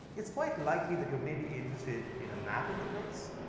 it's quite likely that you may be interested in a map of the place.